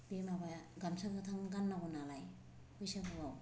बे माबा गामसा गोथां गान्नांगौ नालाय बैसागुआव